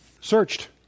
searched